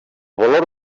valor